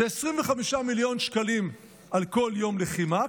זה 25 מיליון שקלים על כל יום לחימה.